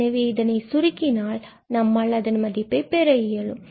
எனவே இதனை சுருக்கினால் நம்மால் அதன் மதிப்பை பெற இயலும்